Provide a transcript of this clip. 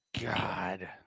God